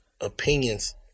opinions